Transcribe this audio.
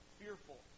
fearful